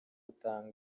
atanga